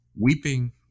Weeping